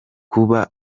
kuba